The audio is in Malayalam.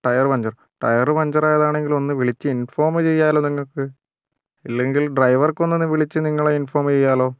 ടയറ് പഞ്ചർ ടയറു പഞ്ചറായതാണെങ്കിൽ ഒന്ന് വിളിച്ചു ഇൻഫോം ചെയ്യാലോ നിങ്ങൾക്ക് ഇല്ലെങ്കിൽ ഡ്രൈവർക്കൊന്ന് വിളിച്ചു നിങ്ങളെ ഇൻഫോം ചെയ്യാല്ലോ